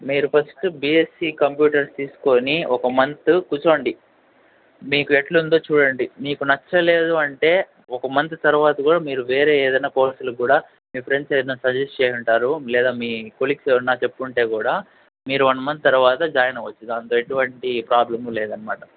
మీరు first BSc computers తీసుకొని ఒక మంత్ కూర్చోండి మీకు ఎట్ల ఉందో చూడండి మీకు నచ్చలేదు అంటే ఒక మంత్ తరువాత కూడా మీరు వేరే ఏదైనా కోర్స్లో కూడా మీ ఫ్రెండ్స్ ఏదైనా సజెస్ట్ చేసుంటారు లేదా మీ కొలీగ్స్ ఏమైనా చెప్పి ఉంటే కూడా మీరు వన్ మంత్ తర్వాత జాయిన్ అవచ్చు దాంట్లో ఎటువంటి ప్రాబ్లం లేదన్నమాట